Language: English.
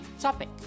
topic